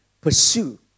pursue